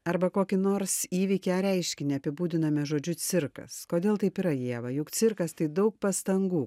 arba kokį nors įvykį ar reiškinį apibūdiname žodžiu cirkas kodėl taip yra ieva juk cirkas tai daug pastangų